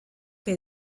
que